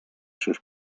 sus